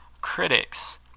Critics